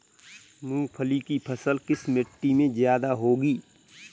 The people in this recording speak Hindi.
मूंगफली की फसल किस मिट्टी में ज्यादा होगी?